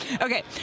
Okay